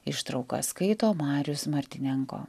ištrauką skaito marius martinenko